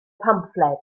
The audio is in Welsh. pamffled